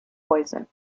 poison